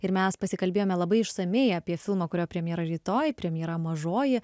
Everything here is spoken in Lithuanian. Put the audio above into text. ir mes pasikalbėjome labai išsamiai apie filmą kurio premjera rytoj premjera mažoji